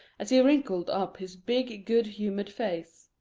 as he wrinkled up his big, good-humored face.